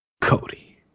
Cody